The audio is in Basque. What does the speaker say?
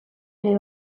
ere